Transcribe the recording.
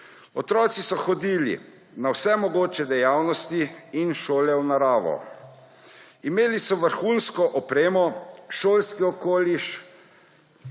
otroci so hodili na vse mogoče dejavnosti in šole v naravi, imeli so vrhunsko opremo, šolski okoliš.